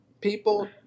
people